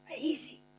easy